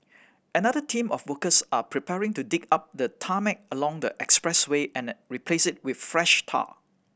another team of workers are preparing to dig up the tarmac along the expressway and replace it with fresh tar